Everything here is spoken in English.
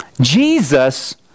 Jesus